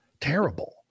terrible